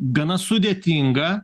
gana sudėtinga